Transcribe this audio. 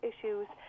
issues